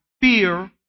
fear